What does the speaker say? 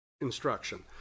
instruction